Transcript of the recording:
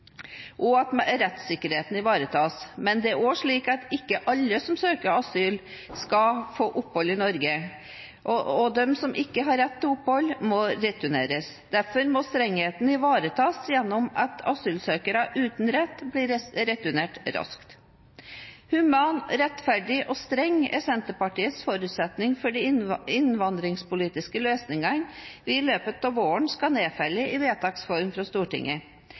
og at rettssikkerheten ivaretas. Men det er også slik at ikke alle som søker asyl, skal få opphold i Norge. De som ikke har rett til opphold, må returneres. Derfor må strengheten ivaretas gjennom at asylsøkere uten rett blir returnert raskt. Human, rettferdig og streng er Senterpartiets forutsetninger for de innvandringspolitiske løsningene vi i løpet av våren skal nedfelle i vedtaks form fra Stortinget.